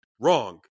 wrong